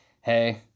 Hey